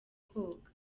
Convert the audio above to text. koga